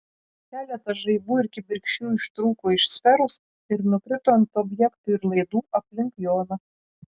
keletas žaibų ir kibirkščių ištrūko iš sferos ir nukrito ant objektų ir laidų aplink joną